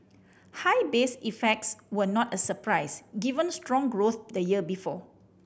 high base effects were not a surprise given strong growth the year before